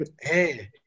Hey